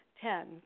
Ten